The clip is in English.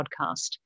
podcast